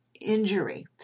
injury